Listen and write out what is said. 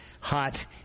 Hot